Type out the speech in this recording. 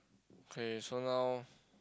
K so now